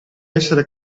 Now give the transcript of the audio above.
essere